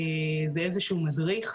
זה איזשהו מדריך.